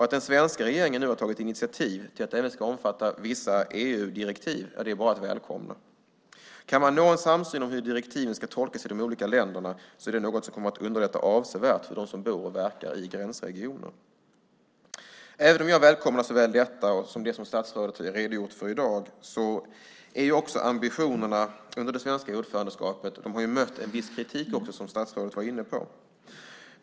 Att den svenska regeringen nu har tagit initiativ till att detta även ska omfatta vissa EU-direktiv är bara att välkomna. Kan man nå en samsyn om hur direktiven ska tolkas i de olika länderna är det något som kommer att underlätta avsevärt för dem som bor och verkar i gränsregionerna. Även om jag välkomnar såväl detta som det som statsrådet redogjort för i dag, har ambitionerna och tankarna inför det svenska EU-ordförandeskapet mötts av viss kritik, som statsrådet var inne på.